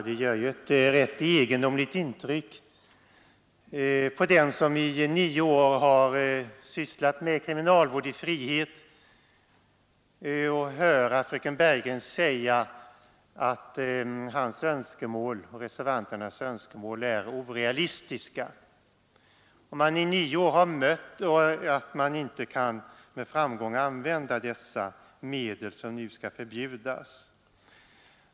Herr talman! På den som i nio år har sysslat med kriminalvård i frihet gör det ett något egendomligt intryck att höra fröken Bergegren säga att reservanternas önskemål är orealistiska och att man inte kan med framgång använda de medel som nu föreslås bli förbjudna.